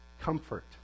comfort